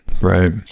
Right